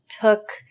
took